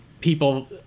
people